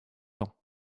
temps